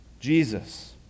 Jesus